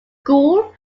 school